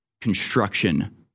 Construction